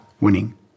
winning